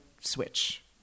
switch